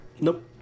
Nope